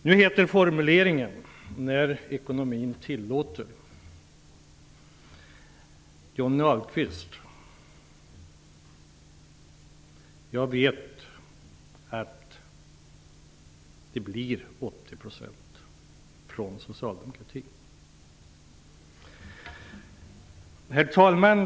Nu lyder formuleringen: ''när ekonomin så tillåter''. Johnny Ahlqvist, jag vet att det blir 80 % när det gäller socialdemokratin. Herr talman!